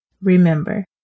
Remember